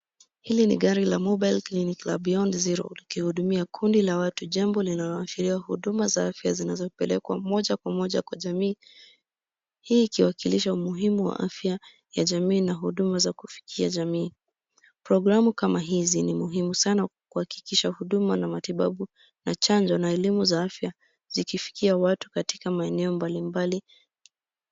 Hili ni gari la mobile clinic la Beyond Zero likihudumia kundi la watu jambo linaloashiria huduma za afya zinazopelekwa moja kwa moja kwa jamii. Hii ikiwakilisha umuhimu wa afya ya jamii na huduma za kufikia jamii. Programu kama hizi ni muhimu sana kuhakikisha huduma na matibabu na chanjo na elimu za afya zikifikia watu katika maeneo mbalimbali.